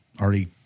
already